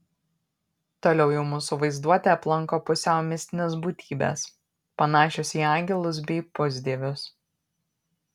toliau jau mūsų vaizduotę aplanko pusiau mistinės būtybės panašios į angelus bei pusdievius